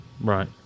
Right